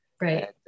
Right